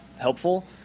helpful